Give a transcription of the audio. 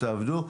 תעבדו,